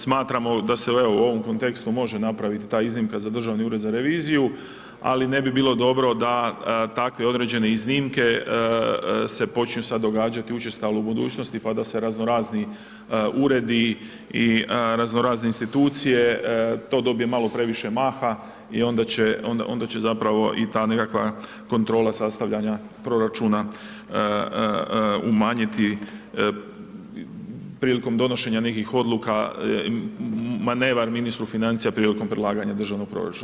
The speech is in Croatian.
Smatramo da se evo u ovom kontekstu može napraviti ta iznimka za Državni ured za reviziju ali ne bi bilo dobro da takve određene iznimke se počnu sad događati učestalo u budućnosti pa da se razno razni uredi i razno razne institucije, to dobije malo previše maha i onda će, onda će zapravo i ta nekakva kontrola sastavljanja proračuna umanjiti prilikom donošenja nekih odluka manevar ministru financija prilikom predlaganja državnog proračuna.